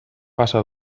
passa